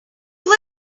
live